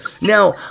Now